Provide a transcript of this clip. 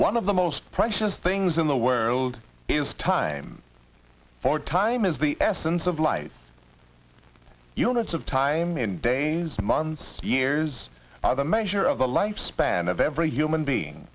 one of the most precious things in the world is time for time is the essence of life units of time in danger months years are the measure of the lifespan of every human being